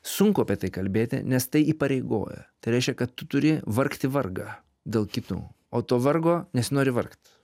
sunku apie tai kalbėti nes tai įpareigoja tai reiškia kad tu turi vargti vargą dėl kitų o to vargo nesinori vargt